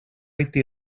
été